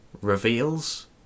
reveals